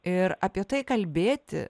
ir apie tai kalbėti